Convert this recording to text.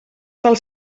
tal